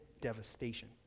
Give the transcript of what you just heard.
devastation